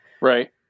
Right